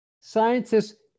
Scientists